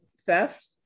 theft